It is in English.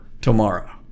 tomorrow